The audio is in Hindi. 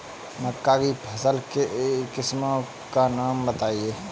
मक्का की फसल की किस्मों का नाम बताइये